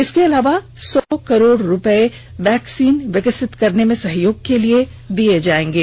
इसके अलावा सौ करोड़ रुपये वैक्सीन विकसित करने में सहयोग के लिए दिए जाएंगे